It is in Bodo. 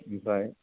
बेनिफ्राय